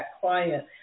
client